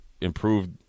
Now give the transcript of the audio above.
improved